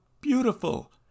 beautiful